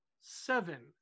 seven